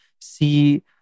see